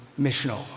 missional